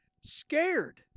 scared